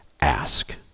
ask